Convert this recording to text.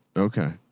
okay.